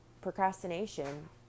procrastination